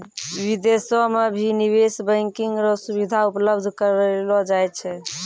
विदेशो म भी निवेश बैंकिंग र सुविधा उपलब्ध करयलो जाय छै